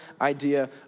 idea